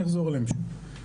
אני אחזור עליהם שוב.